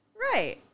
Right